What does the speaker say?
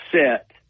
set